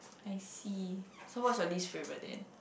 I see so what's your least favorite then